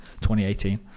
2018